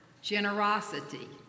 generosity